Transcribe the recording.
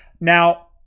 Now